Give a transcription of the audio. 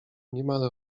niemal